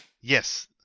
Yes